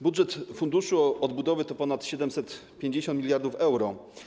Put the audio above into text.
Budżet Funduszu Odbudowy to ponad 750 mld euro.